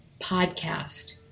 podcast